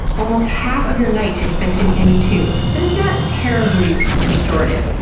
almost half of your night is spent in n two but it's not terribly restorative.